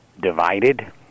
divided